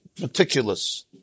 meticulous